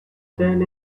than